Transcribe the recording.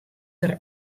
der